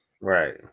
Right